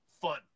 fun